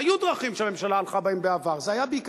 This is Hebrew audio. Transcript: והיו דרכים שהממשלה הלכה בהן בעבר.